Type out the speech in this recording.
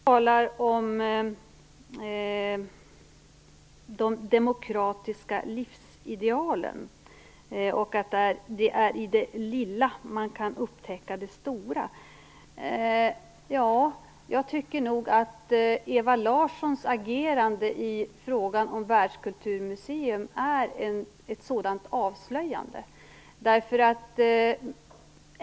Herr talman! Ewa Larsson talar om de demokratiska livsidealen och att det är i det lilla man kan upptäcka det stora. Jag tycker nog att Ewa Larssons agerande i frågan om ett världskulturmuseum är ett sådant avslöjande.